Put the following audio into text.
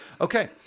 Okay